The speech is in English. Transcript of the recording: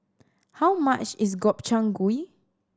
how much is Gobchang Gui